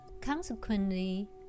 Consequently